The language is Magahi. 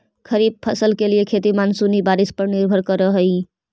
खरीफ फसल के लिए खेती मानसूनी बारिश पर निर्भर करअ हई